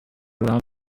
laurent